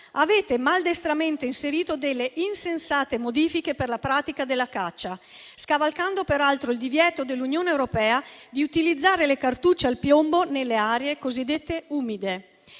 avete maldestramente inserito delle insensate modifiche per la pratica della caccia, scavalcando peraltro il divieto dell'Unione europea di utilizzare le cartucce al piombo nelle aree cosiddette umide.